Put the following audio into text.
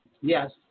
Yes